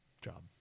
job